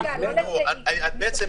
רגע, יש פה כמה שאלות.